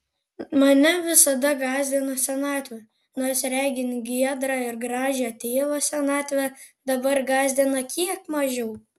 mane visada gąsdino senatvė nors regint giedrą ir gražią tėvo senatvę dabar gąsdina kiek mažiau